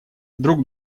друг